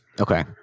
Okay